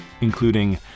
including